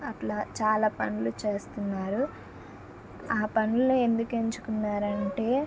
అట్లా చాలా పనులు చేస్తున్నారు ఆ పనులు ఎందుకు ఎంచుకున్నారు అంటే